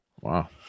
Wow